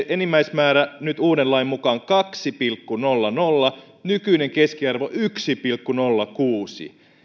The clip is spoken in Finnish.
enimmäismäärä nyt uuden lain mukaan kaksi pilkku nolla nolla nykyinen keskiarvo yksi pilkku nolla kuusi